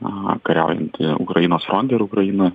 a kariaujanti ukrainos fronte ir ukraina